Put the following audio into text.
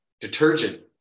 detergent